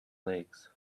legs